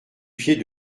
pied